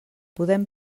podem